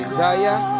Isaiah